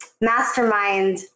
Mastermind